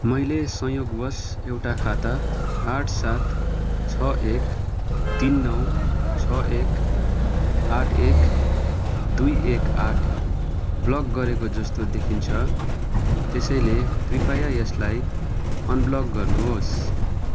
मैले संयोगवश एउटा खाता आठ सात छ एक तिन नौ छ एक आठ एक दुई एक आठ ब्लक गरेको जस्तो देखिन्छ त्यसैले कृपया यसलाई अनब्लक गर्नुहोस्